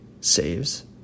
saves